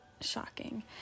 shocking